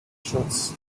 shows